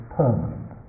permanent